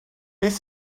beth